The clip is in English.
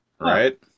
Right